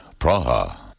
Praha